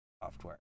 software